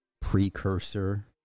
precursor